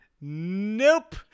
Nope